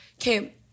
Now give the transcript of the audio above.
Okay